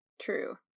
true